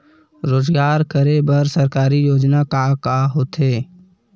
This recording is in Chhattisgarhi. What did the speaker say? रोजगार करे बर सरकारी योजना का का होथे?